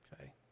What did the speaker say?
okay